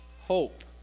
hope